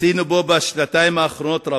עשינו בשנתיים האחרונות רבות.